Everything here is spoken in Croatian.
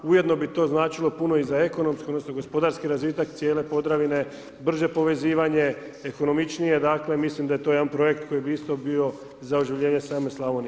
Ujedno bi to značilo puno i za ekonomski odnosno gospodarski razvitak cijele Podravine, brže povezivanje, ekonomičnije, dakle, mislim da je to jedan projekt koji bi isto bio za oživljenje same Slavonije.